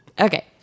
Okay